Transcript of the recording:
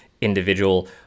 individual